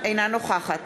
אינה נוכחת